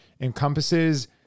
encompasses